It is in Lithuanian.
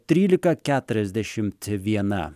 trylika keturiasdešimt viena